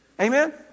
Amen